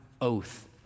oath